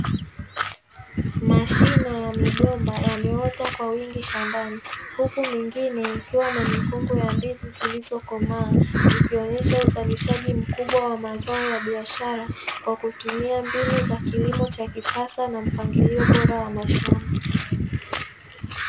Mashina ya migomba yameota kwa wingi shambani, huku mengine yakiwa na mikungu ya ndizi zilizokomaa, zikionyesha uzalishaji mkubwa wa biashara, kwa kutumia mbinu za kisasa na mpangilio bora wa mashamba.